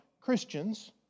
Christians